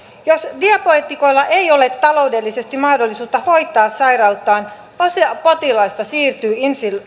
jos diabeetikoilla ei ole taloudellisesti mahdollisuutta hoitaa sairauttaan osa potilaista siirtyy